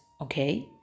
okay